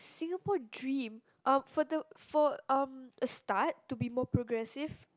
Singapore dream ah for the for um a start to be more progressive